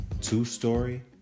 two-story